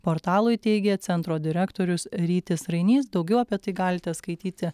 portalui teigė centro direktorius rytis rainys daugiau apie tai galite skaityti